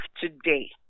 today